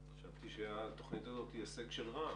חשבתי שהתכנית הזאת היא הישג של רע"ם.